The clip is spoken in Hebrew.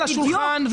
בואו נשים על השולחן.